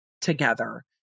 together